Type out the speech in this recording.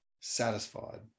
satisfied